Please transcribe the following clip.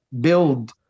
build